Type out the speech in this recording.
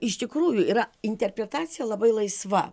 iš tikrųjų yra interpretacija labai laisva